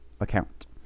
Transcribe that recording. account